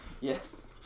Yes